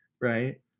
right